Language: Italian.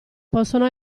possono